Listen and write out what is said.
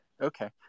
Okay